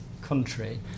country